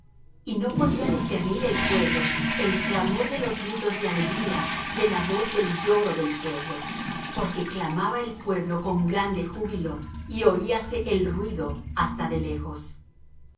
y no podía discernir el pueblo el clamor de los gritos de alegría de la voz del lloro del pueblo porque clamaba el pueblo con grande júbilo y oíase el ruido hasta de lejos y